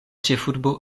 ĉefurbo